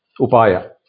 Upaya